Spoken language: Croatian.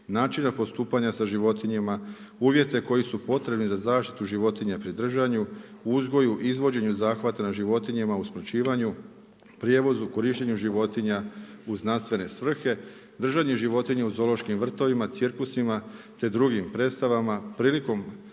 načina postupanja sa životinjama, uvjete koji su potrebni za zaštitu životinja pri držanju, uzgoju i izvođenja zahvata na životinjama, usmrćivanju, prijevoza, korištenje životinja u znanstvene svrhe, držanje životinja u zoološkim vrtovima, cirkusima, te drugim predstavama prilikom